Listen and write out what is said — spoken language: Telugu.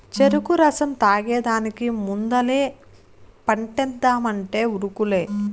చెరుకు రసం తాగేదానికి ముందలే పంటేద్దామంటే ఉరుకులే